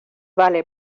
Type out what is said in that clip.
vale